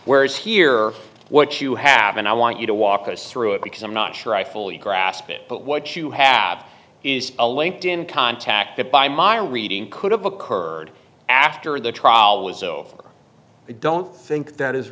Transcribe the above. whereas here what you have and i want you to walk us through it because i'm not sure i fully grasp it but what you have is a linked in contact that by my reading could have occurred after the trial was over i don't think that is